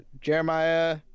Jeremiah